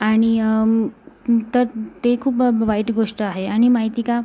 आणि तर ते खूप वाईट गोष्ट आहे आणि माहिती का